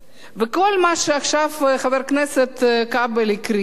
וכל מה שעכשיו חבר הכנסת כבל הקריא, את כל